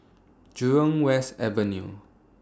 Jurong West Avenue